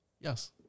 Yes